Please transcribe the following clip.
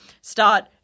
Start